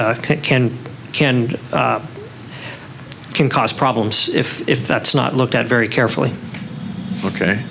but can can and can cause problems if if that's not looked at very carefully ok